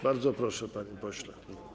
Bardzo proszę, panie pośle.